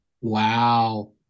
Wow